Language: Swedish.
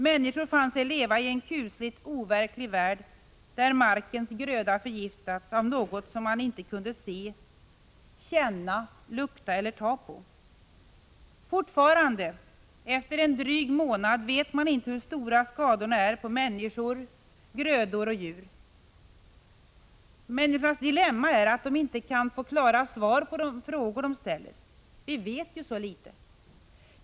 Människor fann sig leva i en kusligt overklig värld, där markens gröda förgiftats av något som man inte kunde se, känna, lukta eller ta på. Fortfarande, efter en dryg månad, vet man inte hur stora skadorna är på människor, grödor och djur. Människornas dilemma är att de inte kan få klara svar på de frågor de ställer. Vi vet så litet.